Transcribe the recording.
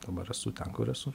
dabar esu ten kur esu